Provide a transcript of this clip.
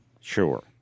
Sure